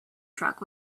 truck